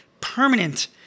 permanent